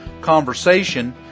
conversation